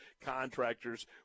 contractors